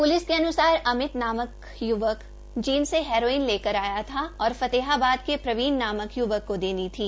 police के अन्सार अतिम नाम का य्वक जींद से हेरोइन लेकर आया था और फतेहाबाद के प्रवीण नामक य्वक को देनी थी